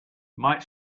might